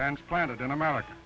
transplanted in america